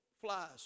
flies